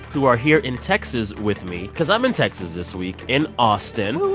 who are here in texas with me because i'm in texas this week, in austin.